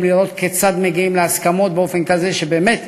לראות כיצד מגיעים להסכמות באופן כזה שבאמת